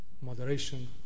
moderation